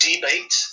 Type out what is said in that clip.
debate